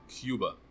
Cuba